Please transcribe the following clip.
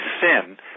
sin